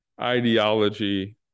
ideology